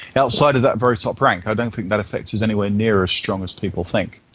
outside of that very top rank i don't think that effect is anywhere near as strong as people think.